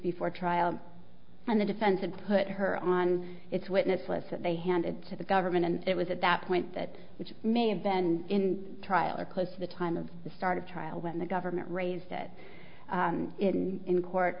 before trial and the defense had put her on its witness list and they handed to the government and it was at that point that which may have been in trial or close to the time of the start of trial when the government raised it in in court